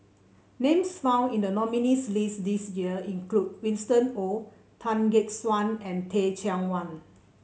names found in the nominees' list this year include Winston Oh Tan Gek Suan and Teh Cheang Wan